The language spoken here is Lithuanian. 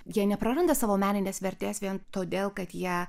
jie nepraranda savo meninės vertės vien todėl kad ja